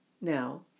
Now